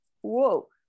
whoa